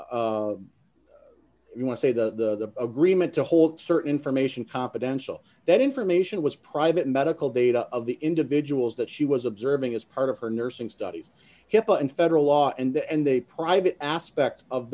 if you want to say the agreement to hold certain information confidential that information was private medical data of the individuals that she was observing as part of her nursing studies hipaa and federal law and the private aspects of